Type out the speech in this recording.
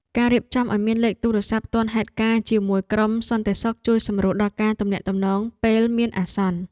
ការរៀបចំឱ្យមានលេខទូរស័ព្ទទាន់ហេតុការណ៍ជាមួយក្រុមសន្តិសុខជួយសម្រួលដល់ការទំនាក់ទំនងពេលមានអាសន្ន។